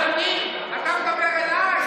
אתה מדבר אליי,